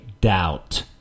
doubt